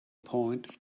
point